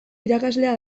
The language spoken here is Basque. irakaslea